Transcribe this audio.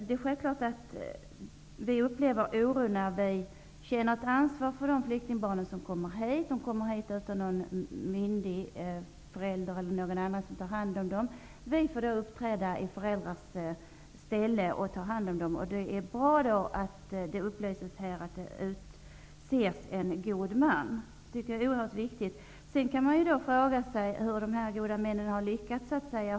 Det är självklart att vi upplever oro, för vi känner ett ansvar för de flyktingbarn som kommer hit utan någon förälder eller någon annan som tar hand om dem. Vi får då uppträda i föräldrarnas ställe och ta hand om dem. Det är bra att det i svaret upplyses om att det utses en god man. Det är oerhört viktigt. Man kan fråga sig hur dessa goda män har lyckats.